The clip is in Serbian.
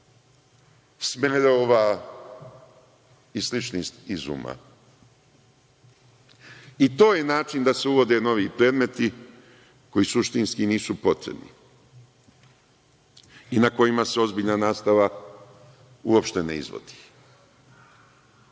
smerova i sličnih izuma, i to je način da se uvode novi predmeti, koji suštinski nisu potrebni i na kojima se ozbiljna nastava uopšte ne izvodi,